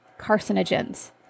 carcinogens